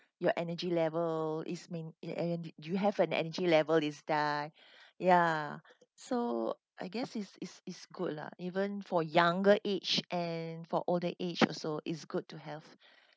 your energy level is main~ i~ and and you have an energy level inside ya so I guess is is is good lah even for younger age and for older age also is good to have